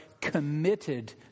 committed